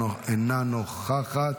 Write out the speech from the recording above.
אינה נוכחת,